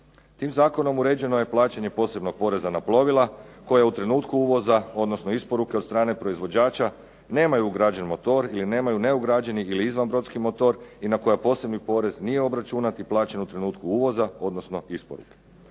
Tim zakonom uređeno je plaćanje posebnog poreza na plovila koje u trenutku uvoza, odnosno isporuke od strane proizvođača nemaju ugrađeni motor ili nemaju neugrađeni ili izvanbrodski motor i na koji posebni porez nije obračunat i plaćen u trenutku uvoza, odnosno isporuke.